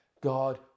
God